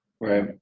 right